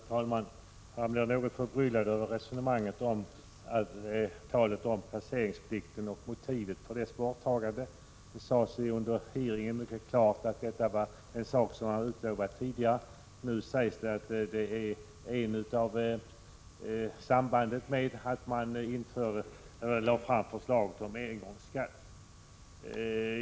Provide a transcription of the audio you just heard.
Herr talman! Jag blev något förbryllad över talet om placeringsplikten och motivet för borttagandet av denna. Det uttalades mycket klart under den tidigare nämnda hearingen att detta var något som hade utlovats. Men nu talas det om ett samband med förslaget om engångsskatten.